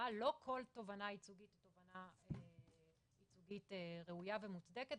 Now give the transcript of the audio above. אבל לא כל תובענה ייצוגית היא תובנה ראויה ומוצדקת,